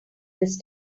this